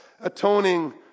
atoning